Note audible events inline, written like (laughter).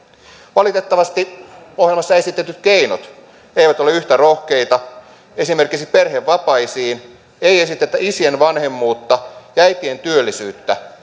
valitettavasti ohjelmassa esitetyt keinot eivät ole yhtä rohkeita esimerkiksi perhevapaisiin ei esitetä isien vanhemmuutta ja äitien työllisyyttä (unintelligible)